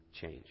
change